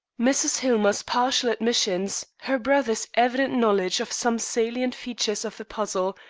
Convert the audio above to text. mrs. hillmer's partial admissions, her brother's evident knowledge of some salient features of the puzzle,